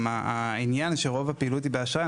לגבי העניין שרוב הפעילות היא באשראי.